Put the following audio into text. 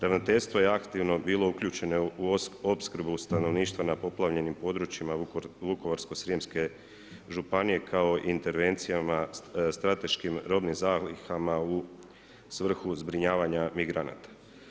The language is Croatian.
Ravnateljstvo je aktivno bilo uključeno u opskrbu stanovništva na poplavljenim područjima Vukovarko-srijemske županije kao i intervencijama strateškim robnim zalihama u svrhu zbrinjavanja migranata.